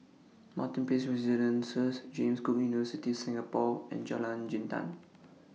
Martin Place Residences James Cook University Singapore and Jalan Jintan